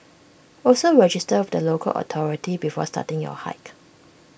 also register with the local authority before starting your hike